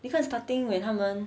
你看 starting when 他们